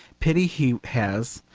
pity he has,